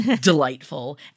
delightful